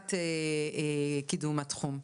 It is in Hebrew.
לטובת קידום התחום.